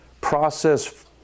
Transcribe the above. process